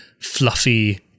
fluffy